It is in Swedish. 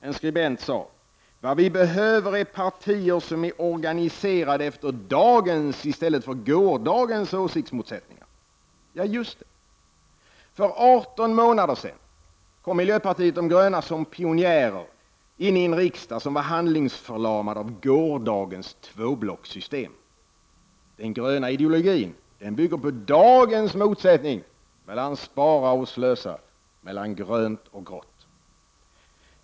En skribent förklarade: ”Vad vi behöver är partier som är organiserade efter dagens i stället för gårdagens åsiktsmotsättningar.” Just det! För 18 månader sedan kom miljöpartiet de gröna som pionjärer in i en riksdag som var handlingsförlamad av gårdagens tvåblockssystem. Den gröna ideologin bygger på dagens motsättning mellan Spara och Slösa, mellan grönt och grått.